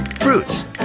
fruits